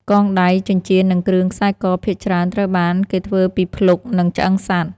កងដៃ ចិញ្ចៀន និងគ្រឿងខ្សែក ភាគច្រើនត្រូវបានគេធ្វើពីភ្លុក និងឆ្អឹងសត្វ។